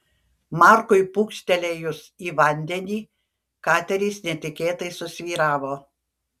markui pūkštelėjus į vandenį kateris netikėtai susvyravo